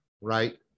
right